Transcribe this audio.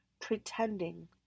pretending